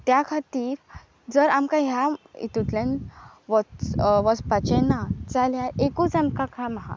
त्या खातीर जर आमकां ह्या हेतूतल्यान वचपाचें ना जाल्यार एकूच आमकां काम आसा